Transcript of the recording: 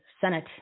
Senate